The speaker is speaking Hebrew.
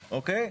אוקיי?